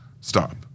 stop